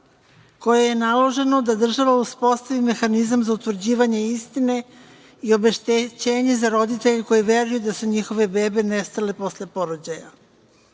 kojem je naloženo da država uspostavi mehanizam za utvrđivanje istine i obeštećenje za roditelje koji veruju da su njihove bebe nestale posle porođaja.